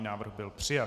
Návrh byl přijat.